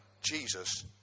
Jesus